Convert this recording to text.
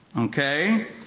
Okay